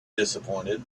disappointed